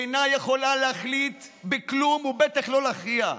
אינה יכולה להחליט בכלום ובטח לא להכריע.